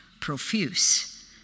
profuse